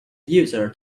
user